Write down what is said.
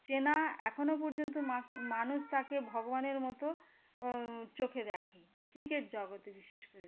চেনা এখনও পর্যন্ত মা মানুষ তাকে ভগবানের মতো চোখে দেখে ক্রিকেট জগতে বিশেষ করে